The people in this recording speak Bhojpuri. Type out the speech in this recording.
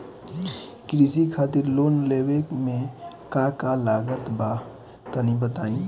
कृषि खातिर लोन लेवे मे का का लागत बा तनि बताईं?